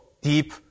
deep